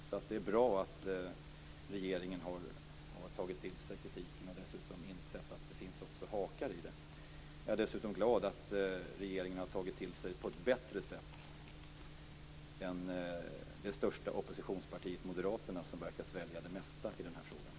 Det är alltså bra att regeringen har tagit till sig kritiken och dessutom insett att det också finns hakar i det. Jag är dessutom glad att regeringen har tagit till sig detta på ett bättre sätt än det största oppositionspartiet, Moderaterna, som verkar svälja det mesta i denna fråga.